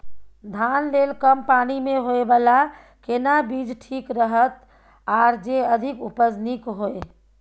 धान लेल कम पानी मे होयबला केना बीज ठीक रहत आर जे अधिक उपज नीक होय?